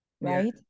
right